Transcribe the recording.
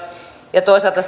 ja toisaalta